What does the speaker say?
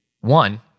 one